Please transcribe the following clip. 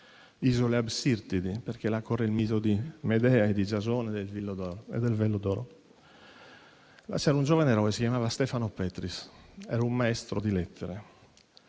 isole Absirtidi, perché là corre il mito di Medea e Giasone e del vello d'oro. È la storia di un giovane eroe che si chiamava Stefano Petris, un maestro di lettere